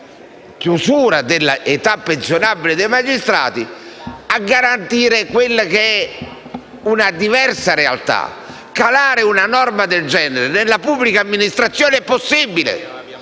chiusura della età pensionabile dei magistrati, una diversa realtà. Calare una norma del genere nella pubblica amministrazione è possibile.